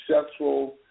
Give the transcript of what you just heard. successful